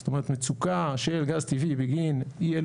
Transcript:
זאת אומרת מצוקה של גז טבעי בגין אי אילו